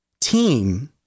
team